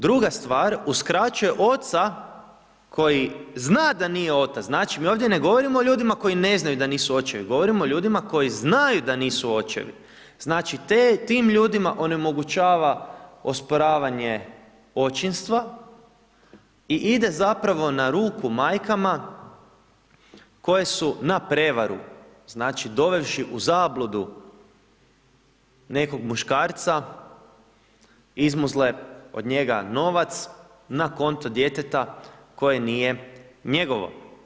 Druga stvar uskraćuje oca koji zna da nije otac, znači mi ovdje ne govorimo o ljudima koji ne znaju da nisu očevi, govorimo o ljudima koji znaju da nisu očevi, znači tim ljudima onemogućava osporavanje očinstva i ide zapravo na ruku majkama koje su na prevaru, znači dovevši u zabludu nekog muškarca izmuzle od njega novac na konto djeteta koje nije njegovo.